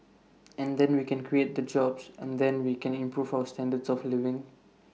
and then we can create the jobs and then we can improve our standards of living